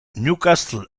newcastle